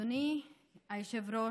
אדוני היושב-ראש,